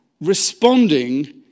responding